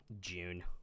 June